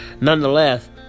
nonetheless